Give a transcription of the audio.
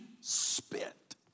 spit